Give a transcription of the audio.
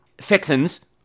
fixins